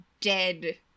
dead